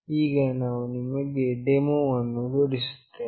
ಈಗ ನಾವು ನಿಮಗೆ ಡೆಮೋವನ್ನು ತೋರಿಸುತ್ತೇನೆ